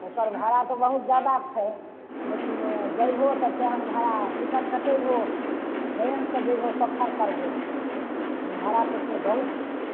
ओकर भाड़ा तऽ बहुत जादा छै लेकिन जैबहो तब तऽ हम भाड़ा टिकट कटैबहो ट्रैनसँ जैबहो सफर करबहो भाड़ा तऽ छै बहुत